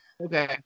Okay